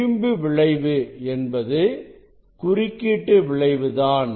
விளிம்பு விளைவு என்பது குறுக்கீட்டு விளைவு தான்